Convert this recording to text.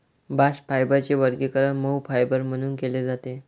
bast फायबरचे वर्गीकरण मऊ फायबर म्हणून केले जाते